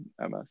MS